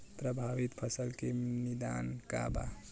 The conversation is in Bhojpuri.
प्रभावित फसल के निदान का बा?